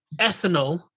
ethanol